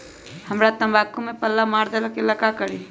हमरा तंबाकू में पल्ला मार देलक ये ला का करी?